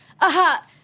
Aha